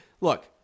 look